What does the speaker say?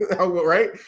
Right